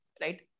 right